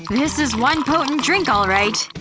this is one potent drink all right.